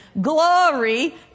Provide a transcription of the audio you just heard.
Glory